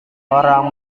orang